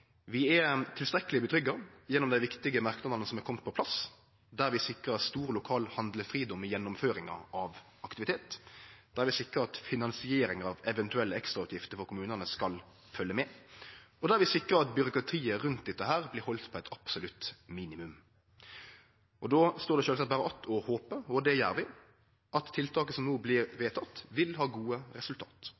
føler oss tilstrekkeleg trygge gjennom dei viktige merknadene som er komne på plass, der vi sikrar stor lokal handlefridom i gjennomføringa av aktivitet, der vi sikrar at finansieringa av eventuelle ekstrautgifter for kommunane skal følgje med, og der vi sikrar at byråkratiet rundt dette blir halde på eit absolutt minimum. Då står det sjølvsagt berre att å håpe – og det gjer vi – at tiltaket som no blir vedteke, vil ha gode resultat,